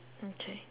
mm K